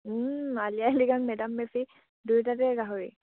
আলি আই লৃগাং মেডাম মেফি দুয়োটাতে গাহৰি